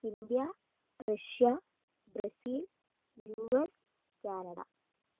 India Russia Brazil us Canada